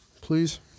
Please